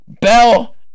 Bell